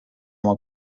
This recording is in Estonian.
oma